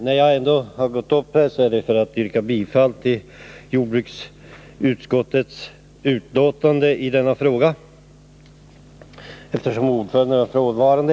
När jag ändå går upp här är det för att yrka bifall till jordbruksutskottets hemställan i denna fråga, eftersom ordföranden är frånvarande.